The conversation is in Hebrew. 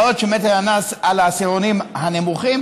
בעוד נטל המס על העשירונים הנמוכים